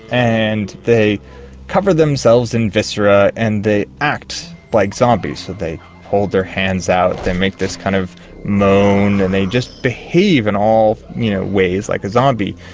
and they cover themselves in viscera and they act like zombies, so they hold their hands out, they make this kind of moan and they just behave in all ways like a zombie.